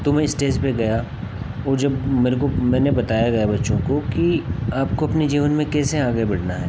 तो मैं इस्टेज पर गया और जब मेरे को मैंने बताया गया बच्चों को कि आपको अपने जीवन में कैसे आगे बढ़ना है